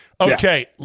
Okay